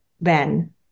Ben